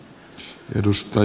herra puhemies